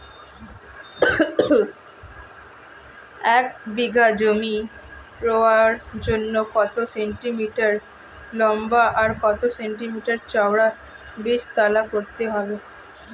এক বিঘা জমি রোয়ার জন্য কত সেন্টিমিটার লম্বা আর কত সেন্টিমিটার চওড়া বীজতলা করতে হবে?